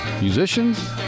musicians